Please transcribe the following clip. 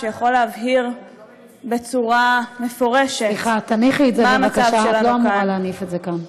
שיכול להבהיר בצורה מפורשת מה המצב שלנו כאן.